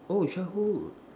oh sure who